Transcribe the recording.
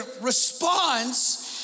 responds